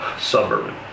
suburban